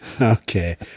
Okay